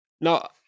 Now